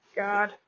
god